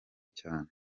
cyane